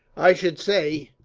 i should say,